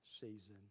season